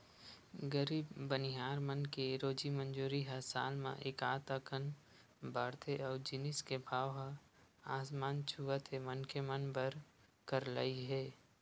गरीब बनिहार मन के रोजी मंजूरी ह साल म एकात अकन बाड़थे अउ जिनिस के भाव ह आसमान छूवत हे मनखे मन बर करलई हे